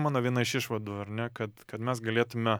mano viena iš išvadų ar ne kad kad mes galėtume